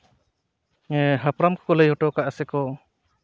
ᱦᱟᱯᱲᱟᱢ ᱠᱚᱠᱚ ᱞᱟᱹᱭ ᱦᱚᱴᱚ ᱟᱠᱟᱫᱟ ᱥᱮᱠᱚ